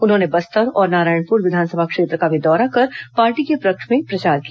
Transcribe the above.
उन्होंने बस्तर और नारायणपुर विधानसभा क्षेत्र का भी दौरा कर पार्टी के पक्ष में प्रचार किया